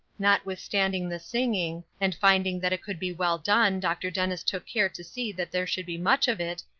notwithstanding the singing, and finding that it could be well done, dr. dennis took care to see that there should be much of it,